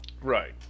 Right